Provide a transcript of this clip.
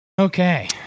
okay